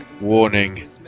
warning